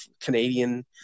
canadian